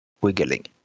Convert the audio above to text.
wiggling